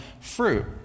fruit